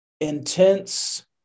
intense